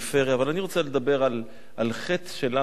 אבל אני רוצה לדבר על חטא שלנו פה,